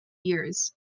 years